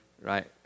right